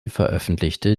veröffentlichte